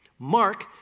Mark